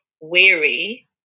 weary